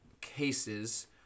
cases